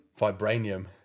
Vibranium